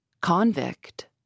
convict